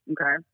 okay